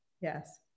yes